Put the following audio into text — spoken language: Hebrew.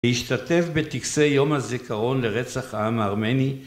להשתתף בטקסי יום הזיכרון לרצח העם הארמני